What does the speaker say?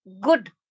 good